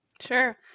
Sure